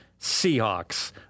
Seahawks